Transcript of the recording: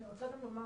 אני רוצה גם לומר,